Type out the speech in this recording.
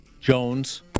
Jones